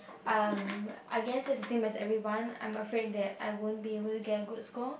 um I guess is the same as everyone I am afraid that I won't be able to get a good score